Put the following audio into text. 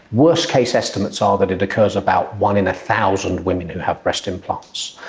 worst case estimates are that it occurs about one in a thousand women who have breast implants,